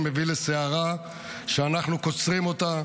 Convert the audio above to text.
מביא לסערה שאנחנו קוצרים אותה,